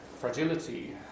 fragility